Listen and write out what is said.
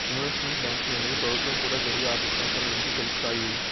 investment banking అనేది ప్రభుత్వం కూడా జరిగే ఆర్థిక సంస్థల గురించి తెలుపుతాయి